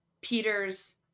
Peter's